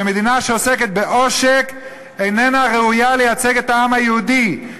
ומדינה שעוסקת בעושק איננה ראויה לייצג את העם היהודי,